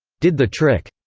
did the trick.